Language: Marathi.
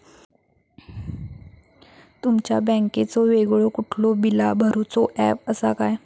तुमच्या बँकेचो वेगळो कुठलो बिला भरूचो ऍप असा काय?